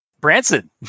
branson